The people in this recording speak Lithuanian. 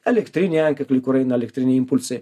elektrinį antkaklį kur eina elektriniai impulsai